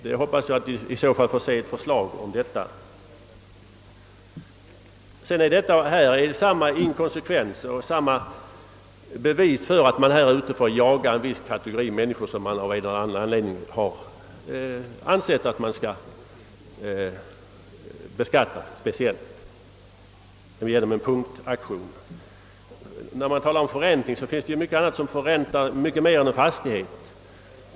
Jag hoppas att vi i så fall får se ett förslag om detta. Denna inkonsekvens utgör ett bevis för att man här är ute efter att jaga en viss kategori människor som genom en punktaktion skall beskattas. Det finns sådant som förräntas mycket mer än en fastighet.